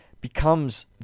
becomes